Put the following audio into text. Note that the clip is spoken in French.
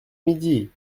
midi